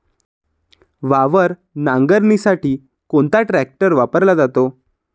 वावर नांगरणीसाठी कोणता ट्रॅक्टर वापरला जातो?